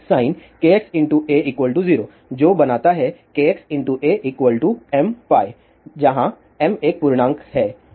sin kxa 0 जो बनाता है kx a mπ जहाँ m एक पूर्णांक है